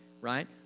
right